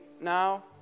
now